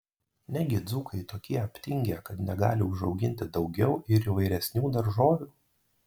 negi dzūkai tokie aptingę kad negali užauginti daugiau ir įvairesnių daržovių